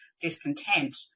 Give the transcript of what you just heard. discontent